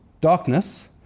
darkness